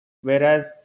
whereas